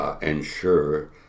ensure